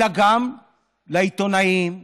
אלא גם לעיתונאים שיודעים,